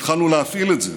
התחלנו להפעיל את זה